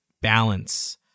balance